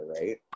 right